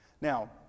Now